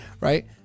Right